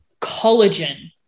Collagen